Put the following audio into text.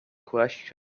question